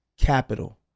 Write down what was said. capital